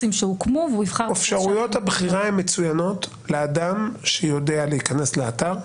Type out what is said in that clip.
אפשרויות הבחירה הן מצוינות לאדם שיודע להיכנס לאתר,